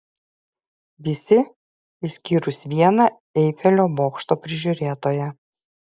visi išskyrus vieną eifelio bokšto prižiūrėtoją